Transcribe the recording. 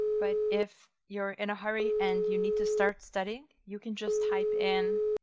but if you're in a hurry and you need to start studying, you can just type in